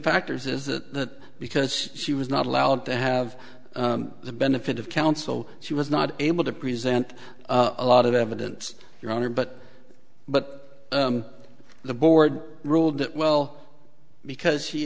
factors is that because she was not allowed to have the benefit of counsel she was not able to present a lot of evidence your honor but but the board ruled that well because she